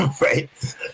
Right